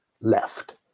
left